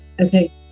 Okay